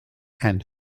and